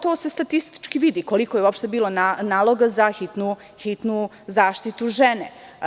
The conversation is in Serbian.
To se statistički vidi koliko je uopšte bilo naloga za hitnu zaštitu žene.